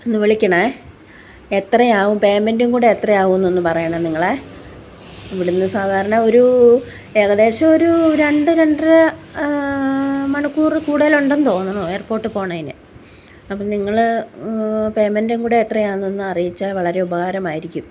ഒന്ന് വിളിക്കണേ എത്രയാവും പേയ്മെൻറും കൂടെ എത്രയാവും എന്നൊന്ന് പറയണേ നിങ്ങളേ ഇവിടുന്ന് സാധാരണ ഒരു ഏകദേശം ഒരു രണ്ട് രണ്ടര മണിക്കൂറിൽ കൂടുതൽ ഉണ്ടെന്ന് തോന്നുന്നു എയർപോർട്ടിൽ പോവുന്നതിന് അപ്പം നിങ്ങൾ പേയ്മെൻറും കൂടെ എത്രയാണെന്നൊന്ന് അറിയിച്ചാൽ വളരെ ഉപകാരമായിരിക്കും